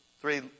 three